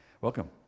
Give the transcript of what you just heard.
Welcome